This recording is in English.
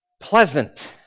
pleasant